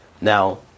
Now